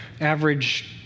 average